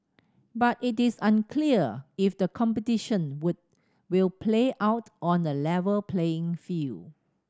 but it is unclear if the competition would will play out on a level playing field